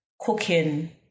cooking